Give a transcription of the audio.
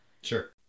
sure